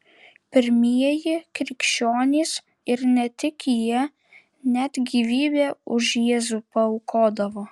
pirmieji krikščionys ir ne tik jie net gyvybę už jėzų paaukodavo